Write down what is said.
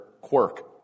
quirk